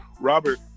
Robert